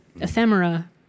ephemera